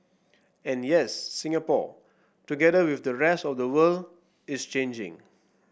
and yes Singapore together with the rest of the world is changing